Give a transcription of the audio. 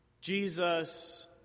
Jesus